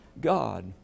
God